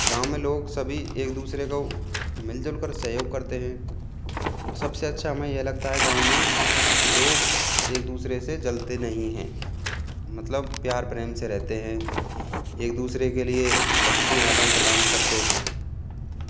गाँव में लोग सभी एक दूसरे को मिल झूलकर सहयोग करते हैं और सबसे अच्छा हमें यह लगता हैं गाँव में की लोग एक दूसरे से जलते नहीं हैं मतलब प्यार प्रेम से रहते हैं एक दूसरे के लिए वस्तुयें आदान प्रदान करते हैं